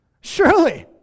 surely